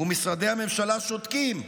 ומשרדי הממשלה שותקים.